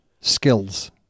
skills